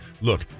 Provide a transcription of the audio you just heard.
look